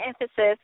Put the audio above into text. emphasis